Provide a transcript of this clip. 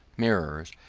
mirrors,